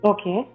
Okay